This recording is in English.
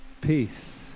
peace